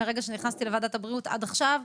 מרגע שנכנסתי לוועדת הבריאות עד עכשיו,